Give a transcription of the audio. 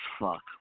fuck